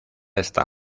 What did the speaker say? está